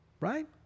Right